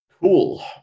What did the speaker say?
cool